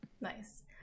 Nice